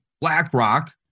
BlackRock